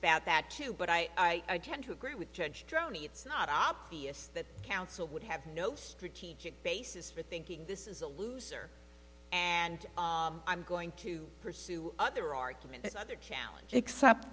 about that too but i tend to agree with judge droney it's not obvious that counsel would have no strategic basis for thinking this is a loser and i'm going to pursue other arguments other challenge except